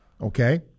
Okay